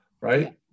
right